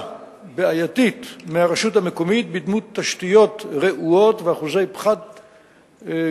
בעייתית מהרשות המקומית בדמות תשתיות רעועות ואחוזי גבייה